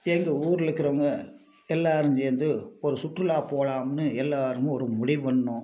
எங்கள் ஊரில் இருக்குறவங்க எல்லாரும் சேர்ந்து ஒரு சுற்றுலா போகலாம்னு எல்லாருமும் ஒரு முடிவு பண்ணிணோம்